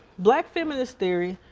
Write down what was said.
black feminist theory,